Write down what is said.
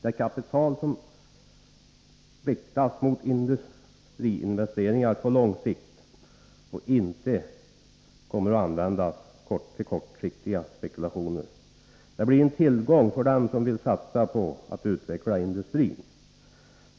Det kapitalet skall riktas mot industriinvesteringar på lång sikt och inte användas för kortsiktiga spekulationer. Det blir en tillgång för dem som vill satsa på att utveckla industrin.